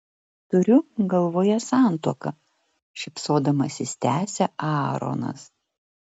turiu galvoje santuoką šypsodamasis tęsia aaronas